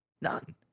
None